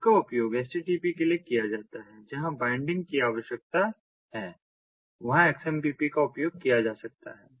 इसका उपयोग HTTP के लिए किया जाता है जहां बाइंडिंग की आवश्यकता है वहां XMPP का उपयोग किया जा सकता है